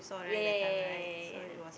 ya ya ya ya ya ya ya